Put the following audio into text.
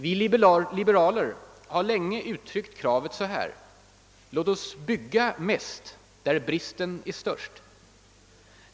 Vi liberaler har länge uttryckt kravet så här: Låt oss bygga mest där bristen är störst.